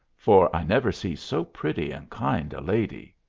for i never see so pretty and kind a lady.